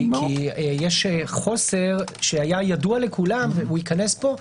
כי יש חוסר שהיה ידוע לכולם והוא ייכנס פה,